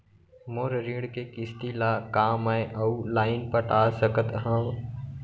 मोर ऋण के किसती ला का मैं अऊ लाइन पटा सकत हव?